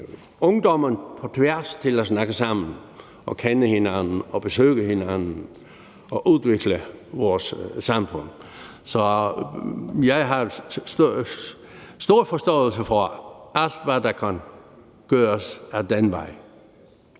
ungdommen på tværs til at snakke sammen og kende hinanden og besøge hinanden og udvikle vores samfund. Så jeg har stor forståelse for alt, hvad der kan gøres ad den vej.